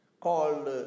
called